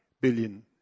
billion